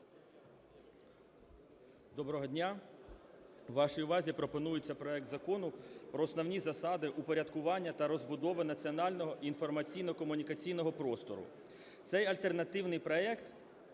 Доброго дня! Вашій увазі пропонується проект Закону про основні засади упорядкування та розбудови національного інформаційно-комунікаційного простору. Цей альтернативний проект